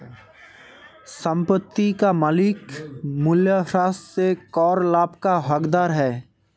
संपत्ति का मालिक मूल्यह्रास से कर लाभ का हकदार है